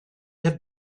had